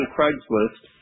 Craigslist